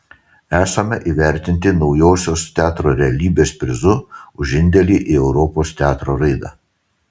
esame įvertinti naujosios teatro realybės prizu už indėlį į europos teatro raidą